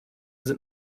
sind